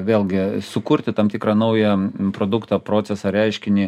vėlgi sukurti tam tikrą naują produktą procesą reiškinį